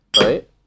right